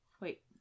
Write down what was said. wait